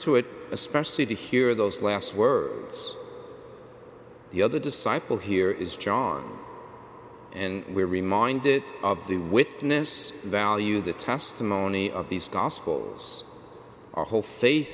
to it especially to hear those last words the other disciple here is john and we are reminded of the witness value the testimony of these gospels our whole fa